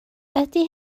ydi